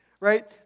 right